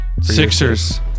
Sixers